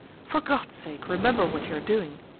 for god's sake remember what you are doing!